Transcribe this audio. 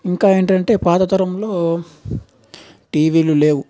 ఇంకా ఏంటంటే పాత తరంలో టీవీలు లేవు